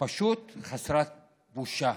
פשוט חסרת בושה,